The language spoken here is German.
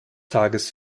tages